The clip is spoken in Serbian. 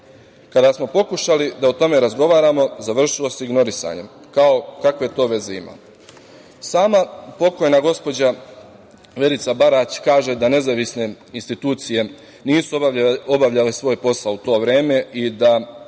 Kada smo pokušali da o tome razgovaramo završilo se ignorisanjem, kao – kakve to veze ima? Sama pokojna gospođa Verica Barać kaže da nezavisne institucije nisu obavljale svoj posao u to vreme i da